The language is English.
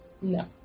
No